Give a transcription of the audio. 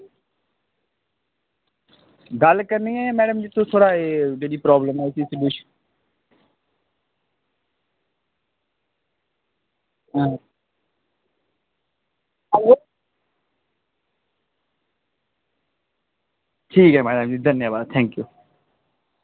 गल्ल करनी ऐ मैड़म जी तुस थुआढ़ा एह् जेह्ड़ी प्राबल्म ऐ ओह्दी सल्यूशन हां ठीक ऐ मैड़म जी धन्नबाद थैंक्यू